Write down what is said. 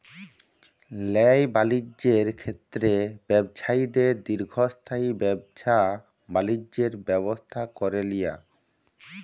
ল্যায় বালিজ্যের ক্ষেত্রে ব্যবছায়ীদের দীর্ঘস্থায়ী ব্যাবছা বালিজ্যের ব্যবস্থা ক্যরে লিয়া